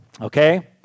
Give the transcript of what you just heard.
Okay